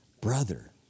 brother